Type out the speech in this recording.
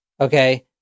Okay